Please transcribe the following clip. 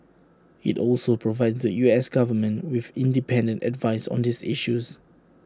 IT also provides the U S Government with independent advice on these issues